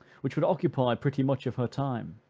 which would occupy pretty much of her time.